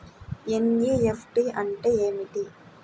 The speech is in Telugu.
ఎన్.ఈ.ఎఫ్.టీ అంటే ఏమిటీ?